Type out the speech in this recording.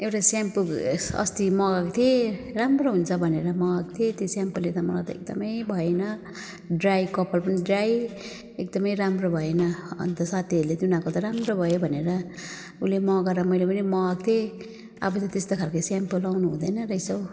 एउटा स्याम्पू अस्ति मगाएको थिएँ राम्रो हुन्छ भनेर मगाएको थिएँ त्यो सेम्पूले त मलाई एकदमै भएन ड्राई कपाल पनि ड्राई एदमै राम्रो भएन अन्त साथीहरूले उनीहरूको त राम्रो भयो भनेर उसले मगाएर मैले पनि मगाएक थिएँ अब त त्यस्तो खालको स्याम्पू